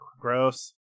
Gross